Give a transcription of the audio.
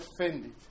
offended